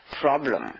problem